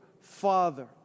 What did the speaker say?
Father